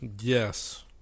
Yes